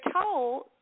told